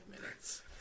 minutes